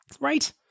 Right